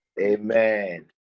Amen